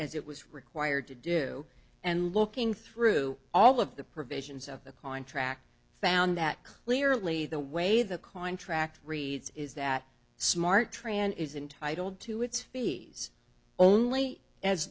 as it was required to do and looking through all of the provisions of the contract found that clearly the way the contract reads is that smart tran is intitled to its fees only as